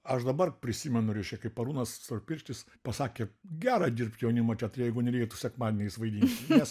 aš dabar prisimenu reiškia kaip arūnas storpirštis pasakė gera dirbt jaunimo teatre jeigu nereikėtų sekmadieniais vaidin nes